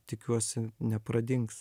tikiuosi nepradings